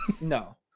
No